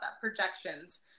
projections